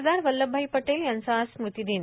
सरदार वल्लभभाई पटेल यांचा आज स्मृतीदिन